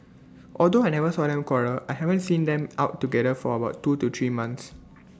although I never saw them quarrel I haven't seen them out together for about two to three months